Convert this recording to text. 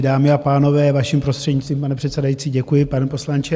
Dámy a pánové, vaším prostřednictvím, pane předsedající, děkuji, pane poslanče.